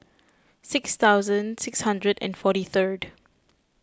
six thousand six hundred and forty third